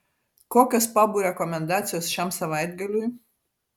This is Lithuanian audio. kokios pabų rekomendacijos šiam savaitgaliui